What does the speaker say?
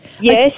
Yes